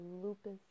lupus